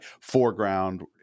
foreground